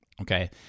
Okay